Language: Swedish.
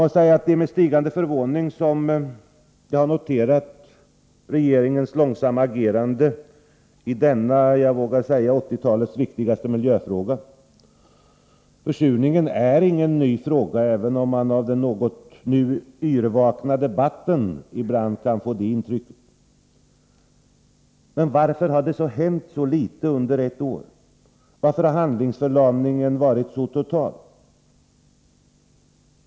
Det är med stigande förvåning som jag noterar regeringens långsamma agerande i denna jag vågar säga 1980-talets viktigaste miljöfråga. Försurningen är ingen ny fråga, även om man av den något yrvakna debatten ibland kan få det intrycket. Men varför har det hänt så litet under ett år? Varför har handlingsförlamningen varit så total?